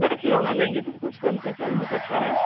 रख लो न लेंगी तो कुछ कॉनसेसन हो सकता है